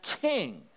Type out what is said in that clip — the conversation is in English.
king